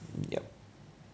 yup